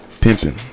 Pimping